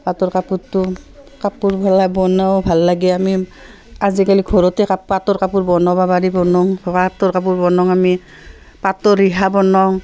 পাটৰ কাপোৰটো কাপোৰবেলাই বনাও ভাল লাগে আমি আজিকালি ঘৰতে পাটৰ কাপোৰ বনাবা পাৰি বনওঁ পাটৰ কাপোৰ বনাওঁ আমি পাটৰ ৰিহা বনাওঁ